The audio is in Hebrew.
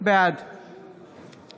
בעד